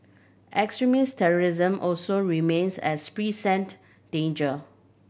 extremist terrorism also remains a present danger